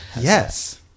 Yes